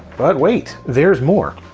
but wait there's more.